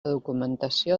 documentació